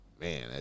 man